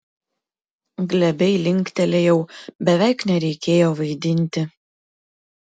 glebiai linktelėjau beveik nereikėjo vaidinti